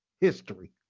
history